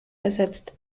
ersetzt